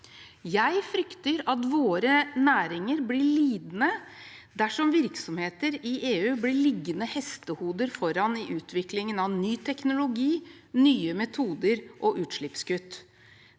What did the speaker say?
Jeg frykter at våre næringer blir lidende dersom virksomheter i EU blir liggende hestehoder foran i utviklingen av ny teknologi, nye metoder og utslippskutt.